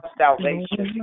salvation